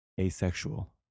asexual